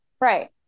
right